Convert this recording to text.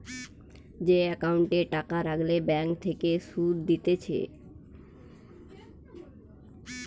যে একাউন্টে টাকা রাখলে ব্যাঙ্ক থেকে সুধ দিতেছে